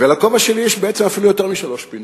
ולכובע שלי יש בעצם אפילו יותר משלוש פינות,